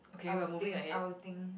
I will think I will think